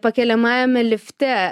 pakeliamajame lifte